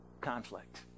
conflict